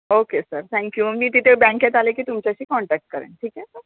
okay sir thank you मी तिथे बँकेत आले की तुमच्याशी कॉन्टॅक करेन ठीक आहे स